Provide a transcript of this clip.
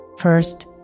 First